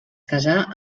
casà